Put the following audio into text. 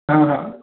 हा हा